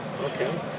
Okay